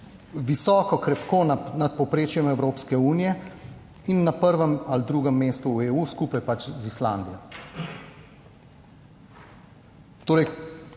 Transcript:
visoko, krepko nad povprečjem Evropske unije in na prvem ali drugem mestu v EU, skupaj z Islandijo.